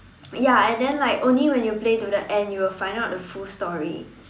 ya and then like only when you play to the end you will find out the full story